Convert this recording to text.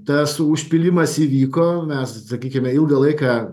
tas užpylimas įvyko mes sakykime ilgą laiką